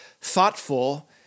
thoughtful